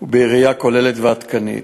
בראייה כוללת ועדכנית,